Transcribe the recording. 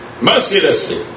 mercilessly